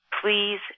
Please